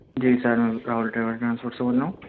جی sir Rahul travels کے یہاں سے بول رہا ہوں